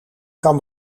kan